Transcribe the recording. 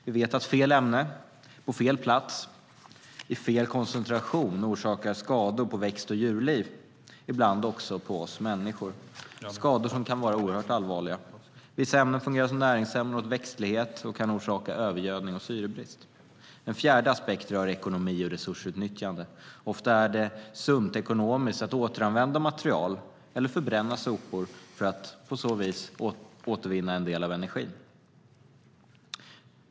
Vi vet att fel ämne på fel plats i fel koncentration orsakar skador på växt och djurliv, och ibland också på oss människor. Skadorna kan vara oerhört allvarliga. Vissa ämnen fungerar även som näringsämnen åt växtlighet och kan orsaka övergödning och syrebrist. En fjärde aspekt rör ekonomi och resursutnyttjande. Ofta är det ekonomiskt sunt att återanvända material eller förbränna sopor, för att på vis återvinna en del av energin.